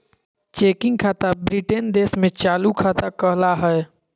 checking खाता Britain देश में चालू खाता कहला हय